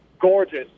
gorgeous